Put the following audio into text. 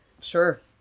sure